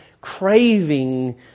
craving